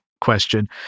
question